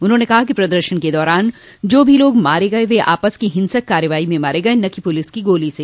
उन्होंने कहा कि प्रदर्शन के दौरान जो भी लोग मारे गये वे आपस की हिंसक कार्रवाई में मारे गये न कि पुलिस की गोली से